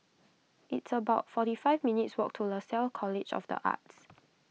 it's about forty five minutes' walk to Lasalle College of the Arts